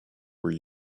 were